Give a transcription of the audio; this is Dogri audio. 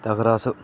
ते अगर अस